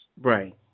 Right